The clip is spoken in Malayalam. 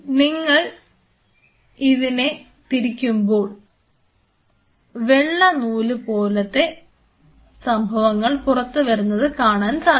നിങ്ങൾ ഇതിനെ തിരിക്കുമ്പോൾ വെള്ള നൂല് പുറത്തേക്ക് വരുന്നത് കാണാൻ സാധിക്കും